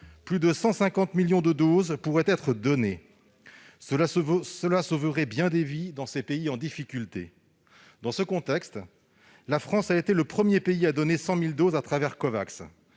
plus de 150 millions de doses pourraient être données. Cela sauverait bien des vies dans ces pays en difficulté. La France a été le premier pays à donner 100 000 doses Covax.